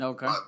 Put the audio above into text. Okay